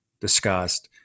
discussed